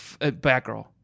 Batgirl